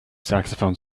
saxophone